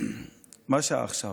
עכשיו?